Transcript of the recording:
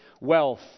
Wealth